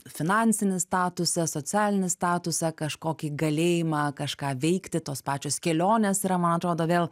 finansinį statusą socialinį statusą kažkokį galėjimą kažką veikti tos pačios kelionės yra man atrodo vėl